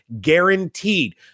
guaranteed